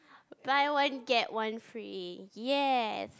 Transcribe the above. buy one get one free yes